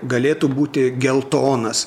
galėtų būti geltonas